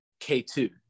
k2